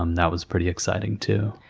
um that was pretty exciting too.